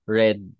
red